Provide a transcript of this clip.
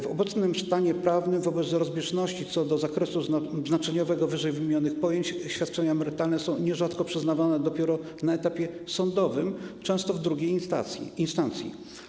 W obecnym stanie prawnym wobec rozbieżności co do zakresu znaczeniowego wyżej wymienionych pojęć świadczenia emerytalne są nierzadko przyznawane dopiero na etapie sądowym, często w drugiej instancji.